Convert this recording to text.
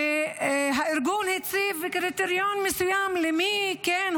שהארגון הציב קריטריון מסוים את מי הוא